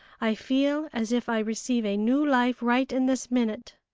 i feel as if i receive a new life right in this minute,